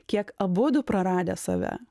kiek abudu praradę save